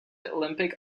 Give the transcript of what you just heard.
olympic